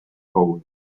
hole